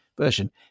version